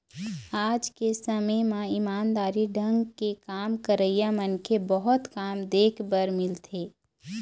आज के समे म ईमानदारी ढंग ले काम करइया मनखे बहुत कम देख बर मिलथें